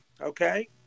Okay